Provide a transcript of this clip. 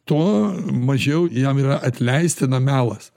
tuo mažiau jam yra atleistina melas